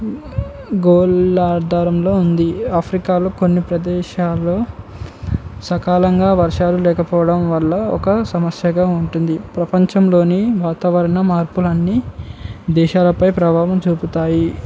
గోళార్దంలో ఉంది ఆఫ్రికాలో కొన్ని ప్రదేశల్లో సకాలంలో వర్షాలు లేకపోవడం వల్ల ఒక సమస్యగా ఉంటుంది ప్రపంచంలోని వాతావరణ మార్పులన్నీ దేశాలపై ప్రభావం చూపుతాయి